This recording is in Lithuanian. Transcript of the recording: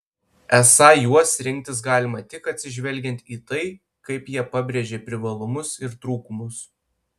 esą juos rinktis galima tik atsižvelgiant į tai kaip jie pabrėžia privalumus ir trūkumus